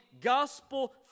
gospel